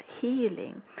healing